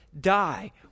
die